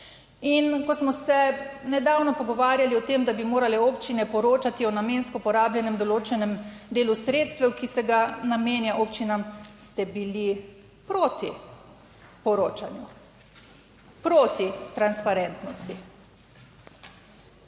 In ko smo se nedavno pogovarjali o tem, da bi morale občine poročati o namensko porabljenem določenem delu sredstev, ki se ga namenja občinam, ste bili proti poročanju, proti transparentnosti.